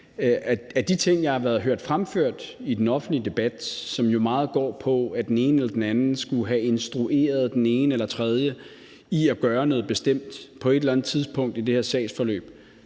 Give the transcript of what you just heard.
til de ting, jeg har hørt være fremført i den offentlige debat, som jo meget går på, at den ene eller den anden skulle have instrueret den ene eller den tredje i at gøre noget bestemt på et eller andet tidspunkt i det her sagsforløb,